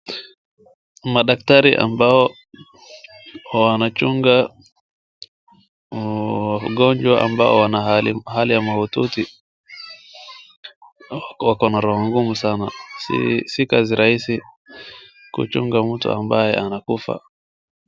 Madkatari ambao wanachunga mgonjwa ambao wako na hali ya mahututi, wako na roho ngumu sana, si kazi rahisi kuchunga mtu ambaye anakufa.